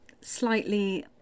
slightly